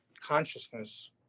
consciousness